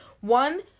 One